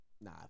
Nah